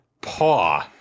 Paw